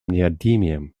neodymium